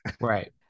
Right